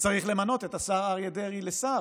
וצריך למנות את חבר הכנסת אריה דרעי לשר,